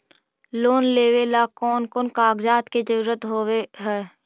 Loan लेबे ला कौन कौन कागजात के जरुरत होबे है?